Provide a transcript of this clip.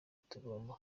tugomba